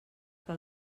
que